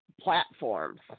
platforms